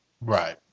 Right